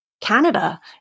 Canada